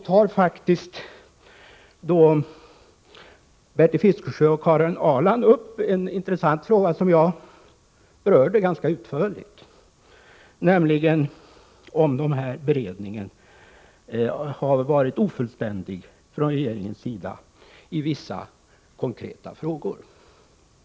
Karin Ahrland och Bertil Fiskesjö tar faktiskt upp en intressant fråga, som jag berörde ganska utförligt, nämligen om regeringens beredning av vissa konkreta ärenden har varit ofullständig.